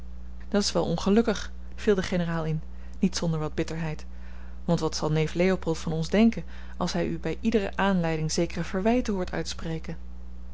dat's wel ongelukkig viel de generaal in niet zonder wat bitterheid want wat zal neef leopold van ons denken als hij u bij iedere aanleiding zekere verwijten hoort uitspreken